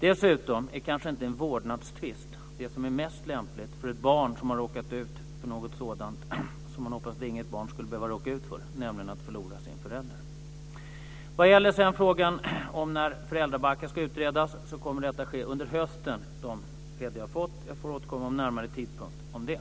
Dessutom är kanske inte en vårdnadstvist det som är mest lämpligt för ett barn som har råkat ut för något sådant som man hoppas att inget barn skulle behöva råka ut för, nämligen att förlora sin förälder. Utredning av föräldrabalken kommer att ske under hösten, enligt de besked vi har fått. Jag får återkomma till närmare tidpunkt om det.